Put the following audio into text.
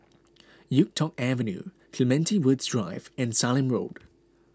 Yuk Tong Avenue Clementi Woods Drive and Sallim Road